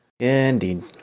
Indeed